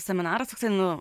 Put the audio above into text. seminaras toksai nu